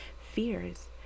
fears